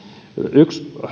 yksi